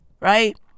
Right